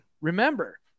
remember